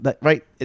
right